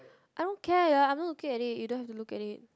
I don't care I'm not looking at it you don't have to look at it